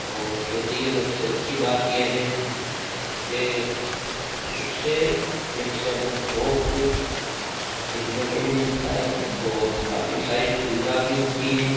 और खेती की सबसे अच्छी बात ये है कि उससे खेत से हमें बहुत कुछ सिखने को भी मिलता है और काफ़ी सारी सुविधा भी होती है